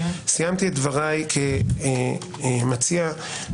סיימתי דבריי כמציע הנוסח.